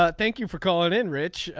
ah thank you for calling in rich.